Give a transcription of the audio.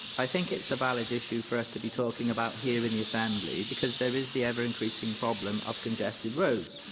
i think it's a valid issue for us to be talking about here in the assembly, because there is the ever-increasing problem of congested roads,